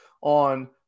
on